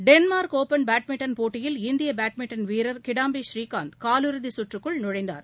Denmark open badminton போட்டியில் இந்தியபேட்மின்டன் வீரர் கிடாம்பி புரீகாந்த் காலிறுதிகற்றுக்குள் நுழைந்தார்